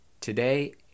today